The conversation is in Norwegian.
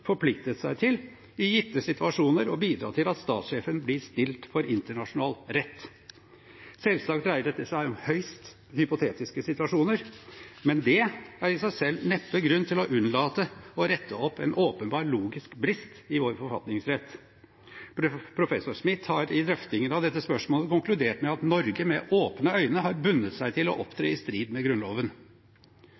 forpliktet seg til i gitte situasjoner å bidra til at statssjefen blir stilt for internasjonal rett. Selvsagt dreier dette seg om høyst hypotetiske situasjoner, men det er i seg selv neppe grunn til å unnlate å rette opp en åpenbar logisk brist i vår forfatningsrett. Professor Smith har i drøftingen av dette spørsmålet konkludert med at Norge med åpne øyne har bundet seg til å opptre